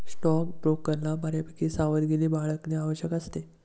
स्टॉकब्रोकरला बऱ्यापैकी सावधगिरी बाळगणे आवश्यक असते